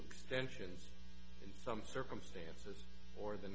extensions in some circumstance or th